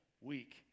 week